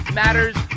matters